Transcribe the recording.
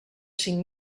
cinc